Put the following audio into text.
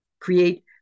create